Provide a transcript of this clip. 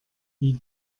wie